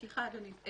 סליחה, אדוני.